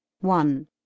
One